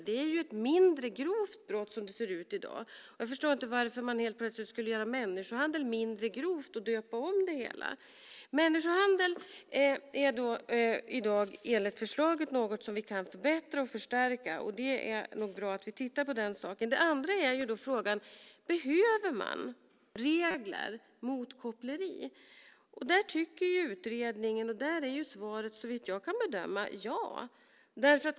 Det är ju ett mindre grovt brott sådant det ser ut i dag. Jag förstår inte varför man helt plötsligt skulle göra brottet människohandel mindre grovt och döpa om det hela. Enligt förslaget kan vi förbättra och förstärka möjligheten att döma för människohandel. Det är nog bra att vi tittar på den saken. Det andra är: Behöver vi regler mot koppleri? Där svarar utredningen så vitt jag kan bedöma ja.